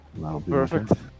Perfect